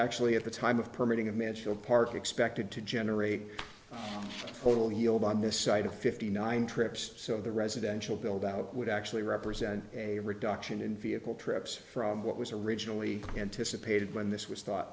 actually at the time of permitting of mantua park expected to generate a total yield on this site of fifty nine trips so the residential build out would actually represent a reduction in vehicle trips from what was originally anticipated when this was thought